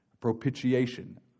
propitiation